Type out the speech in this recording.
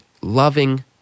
loving